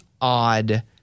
odd